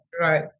right